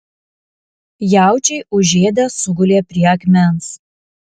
jaučiai užėdę sugulė prie akmens